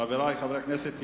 חברי חברי הכנסת,